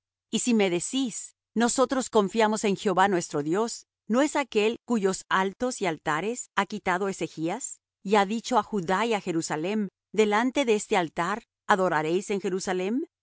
y si me decís nosotros confiamos en jehová nuestro dios no es aquél cuyos altos y altares ha quitado ezechas y ha dicho á judá y á jerusalem delante de este altar adoraréis en jerusalem